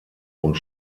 und